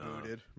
booted